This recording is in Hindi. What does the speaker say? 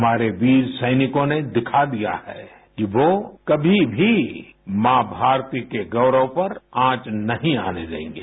हमारे वीर सैनिकों ने दिखा दिया है कि वो कभी भी माँ भारती के गौरव पर आँच नहीं आने देंगे